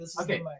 Okay